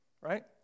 right